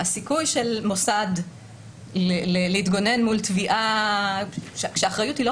הסיכוי של מוסד להתגונן מול תביעה כאשר האחריות היא לא